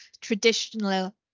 traditional